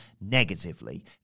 negatively